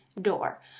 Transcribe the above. door